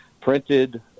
printed